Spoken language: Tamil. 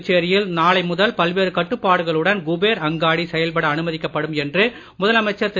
புதுச்சேரியில் நாளை முதல் பல்வேறு கட்டுப்பாடுகளுடன் குபேர் அங்காடி செயல்பட அனுமதிக்கப்படும் என்று முதலமைச்சர் திரு